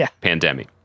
Pandemic